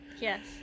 Yes